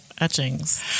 etchings